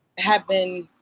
have been